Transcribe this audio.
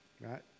Right